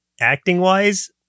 acting-wise